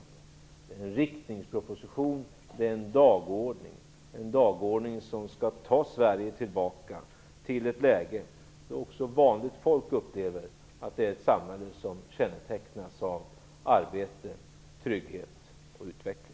Det är en riktningsproposition och en dagordning - en dagordning som skall ta Sverige tillbaka till ett läge då också vanligt folk upplever att samhället kännetecknas av arbete, trygghet och utveckling.